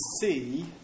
see